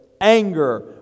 anger